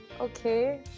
Okay